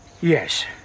Yes